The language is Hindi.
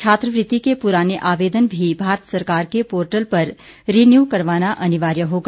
छात्रवृति के पुराने आवेदन भी भारत सरकार के पोर्टल पर रिन्यू करवाना अनिवार्य होगा